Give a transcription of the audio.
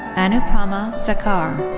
anupama sekar,